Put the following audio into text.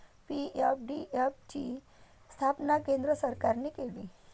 PFDF ची स्थापना केंद्र सरकारने केली